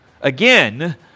again